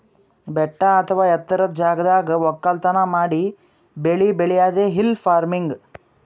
ಬೆಟ್ಟ ಅಥವಾ ಎತ್ತರದ್ ಜಾಗದಾಗ್ ವಕ್ಕಲತನ್ ಮಾಡಿ ಬೆಳಿ ಬೆಳ್ಯಾದೆ ಹಿಲ್ ಫಾರ್ಮಿನ್ಗ್